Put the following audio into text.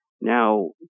Now